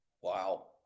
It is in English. Wow